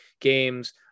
games